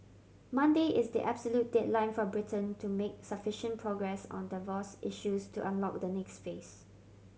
Monday is the absolute deadline for Britain to make sufficient progress on divorce issues to unlock the next phase